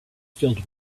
filled